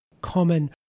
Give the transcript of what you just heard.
common